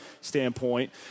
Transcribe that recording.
standpoint